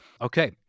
Okay